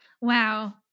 Wow